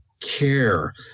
care